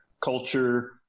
culture